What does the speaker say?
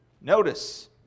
Notice